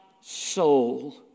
soul